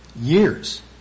years